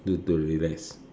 do to relax